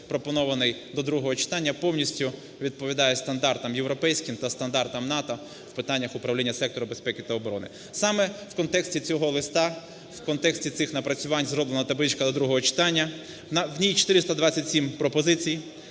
пропонований до другого читання, повністю відповідає стандартам європейським та стандартам НАТО в питаннях управління сектору безпеки та оборони. Саме в контексті цього листа, в контексті цих напрацювань зроблена табличка до другого читання. В ній 427 пропозицій,